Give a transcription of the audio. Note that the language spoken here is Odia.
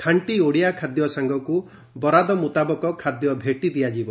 ଖାଣ୍ ି ଓଡ଼ିଆ ଖାଦ୍ୟ ସାଙ୍ଗକୁ ବରାଦ ମୁତାବକ ଖାଦ୍ୟ ଭେଟି ଦିଆଯିବ